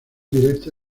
directa